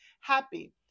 happy